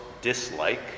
dislike